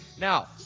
Now